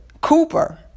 Cooper